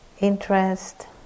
interest